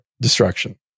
destruction